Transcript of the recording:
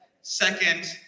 second